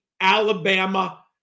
Alabama